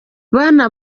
bana